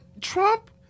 Trump